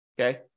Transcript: okay